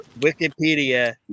Wikipedia